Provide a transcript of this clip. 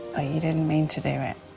you didn't mean to do it.